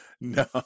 no